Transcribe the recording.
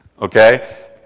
Okay